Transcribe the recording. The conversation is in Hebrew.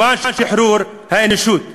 למען שחרור האנושות".